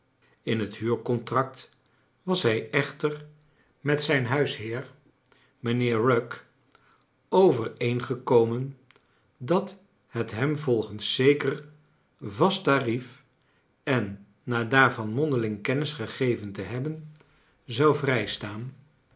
in het huurcontract was hij echter met zijn huisheer mijnheer rugg overeengekomen dat het hem volgens zeker vast ta rief en na daarvati mondeling kennisgegeven te hehben zou vrijstaan